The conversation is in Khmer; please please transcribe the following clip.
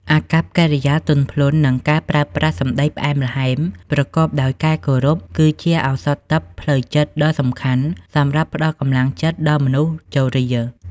អាកប្បកិរិយាទន់ភ្លន់ និងការប្រើប្រាស់សម្តីផ្អែមល្ហែម ប្រកបដោយការគោរព គឺជាឱសថទិព្វផ្លូវចិត្តដ៏សំខាន់សម្រាប់ផ្តល់កម្លាំងចិត្តដល់មនុស្សជរា។